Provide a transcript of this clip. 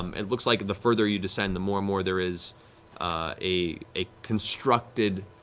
um it looks like the further you descend, the more and more there is a a constructed